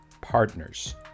partners